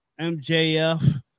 MJF